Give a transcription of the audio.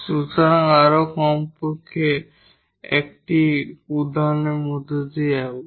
সুতরাং আমরা কমপক্ষে একটি উদাহরণের মধ্য দিয়ে যাব